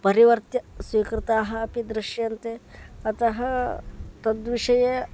परिवर्त्य स्वीकृताः अपि दृश्यन्ते अतः तद् विषये